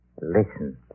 Listen